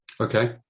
Okay